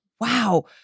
wow